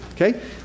Okay